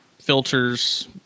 filters